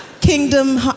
Kingdom